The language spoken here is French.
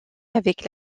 avec